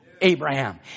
Abraham